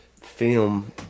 film